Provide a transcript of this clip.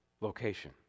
location